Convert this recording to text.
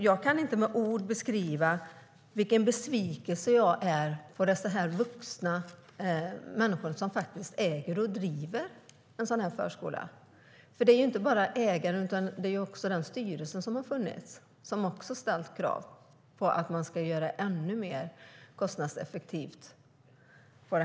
Jag kan inte med ord beskriva hur besviken jag är på de vuxna människor som äger och driver en sådan förskola. Det är inte bara ägaren utan också styrelsen som har ställt krav på att man ska göra det ännu mer kostnadseffektivt.